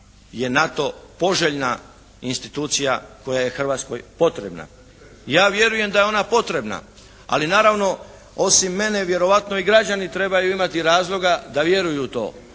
je NATO poželjna institucija koja je Hrvatskoj potrebna. Ja vjerujem da je ona potrebna, ali naravno osim mene vjerojatno i građani trebaju imati razloga da vjeruju u to,